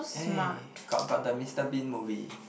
eh got got the Mister Bean movie